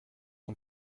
son